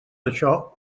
això